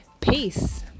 peace